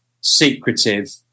secretive